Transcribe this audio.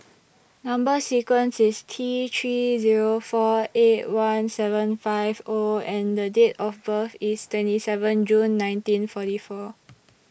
Number sequence IS T three Zero four eight one seven five O and The Date of birth IS twenty seven June nineteen forty four